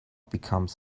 becomes